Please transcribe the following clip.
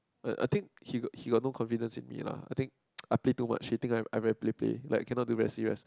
I think he got he got no confidence in me lah I think I play too much he think I I very play play like cannot do very serious